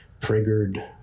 triggered